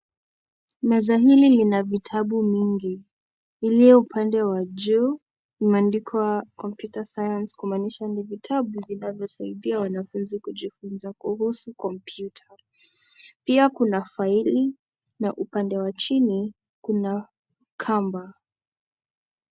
Meza hili lina vitabu mingi iliyo upande wa juu imeandikwa Computer Science kumaanisha ni vitabu vinavyosaidia wanafunzi kujifunza kuhusu kompyuta . Pia kuna faili na upande wa chini kuna kamba.